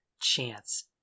chance